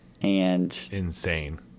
Insane